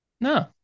No